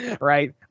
right